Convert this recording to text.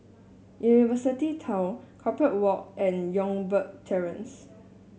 University Town Corpora Walk and Youngberg Terrace